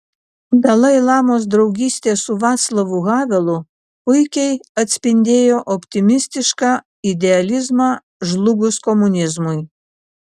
dalai lamos draugystė su vaclavu havelu puikiai atspindėjo optimistišką idealizmą žlugus komunizmui